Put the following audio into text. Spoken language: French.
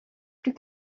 plus